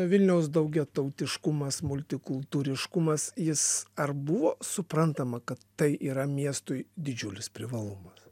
vilniaus daugiatautiškumas multikultūriškumas jis ar buvo suprantama kad tai yra miestui didžiulis privalumas